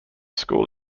school